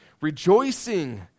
rejoicing